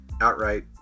outright